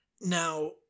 Now